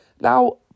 Now